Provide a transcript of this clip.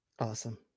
Awesome